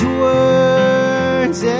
words